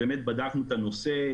באמת בדקנו את הנושא,